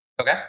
okay